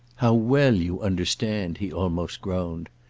how well you understand! he almost groaned.